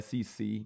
SEC